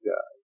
God